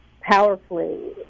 powerfully